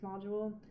module